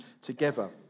together